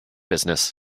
business